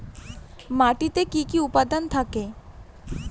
মাটিতে কি কি উপাদান থাকে?